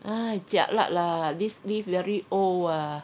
!hais! jialat lah this lift very old ah